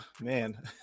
man